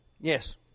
Yes